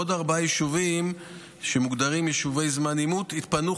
ועוד ארבעה יישובים שמוגדרים יישובי קו עימות התפנו,